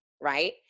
right